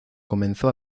comenzó